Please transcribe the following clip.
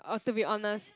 uh to be honest